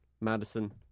Madison